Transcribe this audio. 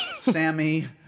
Sammy